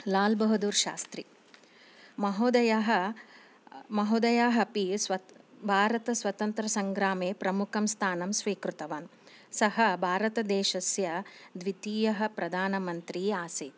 लाल् बहदूर् शास्त्री महोदयः महोदयाः अपि स्व भारतस्वतन्त्रसङ्ग्रामे प्रमुखं स्थानं स्वीकृतवान् सः भारतदेशस्य द्वितीयः प्रधानमन्त्री आसीत्